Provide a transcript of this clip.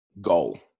goal